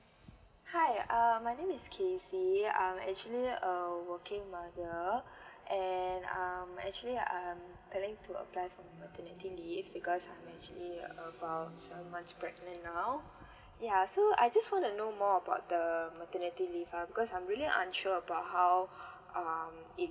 hi uh my name is kesy I'm actually a working mother and I'm actually I'm planning to apply for maternity leave because I'm actually about twelve months pregnant now yeah so I just want to know more about the maternity leave ha because I'm really unsure about how um it